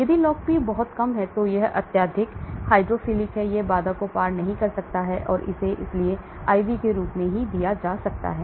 यदि log P बहुत कम है तो यह अत्यधिक हाइड्रोफिलिक है यह बाधा को पार नहीं कर सकता है इसलिए इसे IV के रूप में दिया जा सकता है